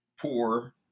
poor